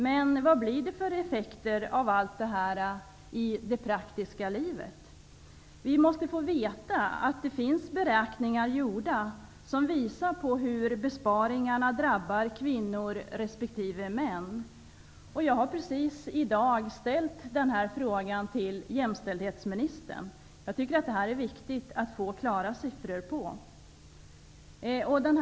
Men vad blir det för effekter av allt det här i det praktiska livet? Det har gjorts beräkningar som visar hur besparingarna drabbar kvinnor respektive män. Vi måste få veta hur de har utfallit. Jag har just i dag ställt en fråga om det till jämställdhetsministern. Jag tycker att det är viktigt att få klara siffror om detta.